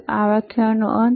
તો આ વ્યાખ્યાનનો આ અંત